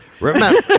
Remember